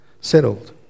Settled